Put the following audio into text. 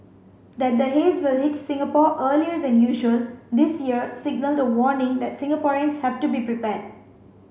that the haze will hit Singapore earlier than usual this year signalled a warning that Singaporeans have to be prepared